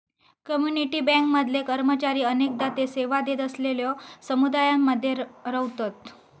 community bank मधले कर्मचारी अनेकदा ते सेवा देत असलेलल्यो समुदायांमध्ये रव्हतत